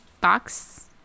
box